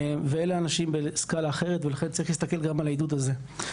ואלה אנשים בסקאלה אחרת ולכן צריך להסתכל גם על העידוד הזה.